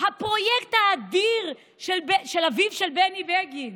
הפרויקט האדיר של אביו של בני בגין.